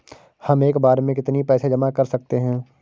हम एक बार में कितनी पैसे जमा कर सकते हैं?